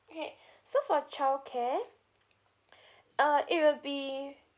okay so for childcare uh it will be